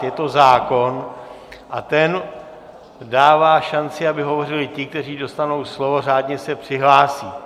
Je to zákon a ten dává šanci, aby hovořili ti, kteří dostanou slovo, řádně se přihlásí.